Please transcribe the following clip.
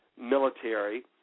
military